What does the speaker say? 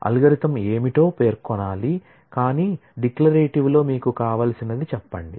algorithm ఏమిటో పేర్కొనాలి కాని డిక్లరేటివ్లో మీకు కావాల్సినది చెప్పండి